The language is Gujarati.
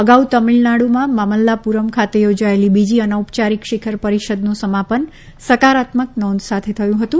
અગાઉ તામિલનાડુના મમલ્લાપુરમ ખાતે યોજાયેલી બીજી અનૌપયારિક શિખર પરિષદનું સમાપન સકારાત્મક નોંધ સાથે થયું હતું